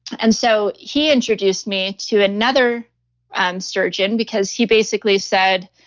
and so he introduced me to another surgeon because he basically said,